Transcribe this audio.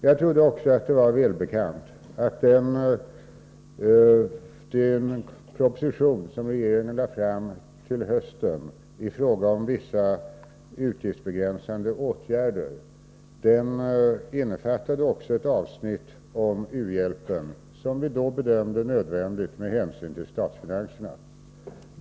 Jag trodde också att det var välbekant att den proposition som riksdagen lade fram till hösten i fråga om vissa utgiftsbegränsande åtgärder också innefattade ett avsnitt om u-hjälpen, som vi då bedömde som nödvändigt med hänsyn till statsfinanserna.